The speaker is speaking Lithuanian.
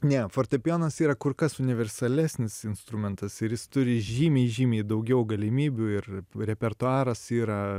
ne fortepijonas yra kur kas universalesnis instrumentas ir jis turi žymiai žymiai daugiau galimybių ir repertuaras yra